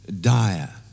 dire